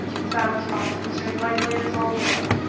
silas watson stared blankly at his old friend,